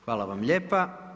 Hvala vam lijepa.